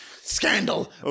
Scandal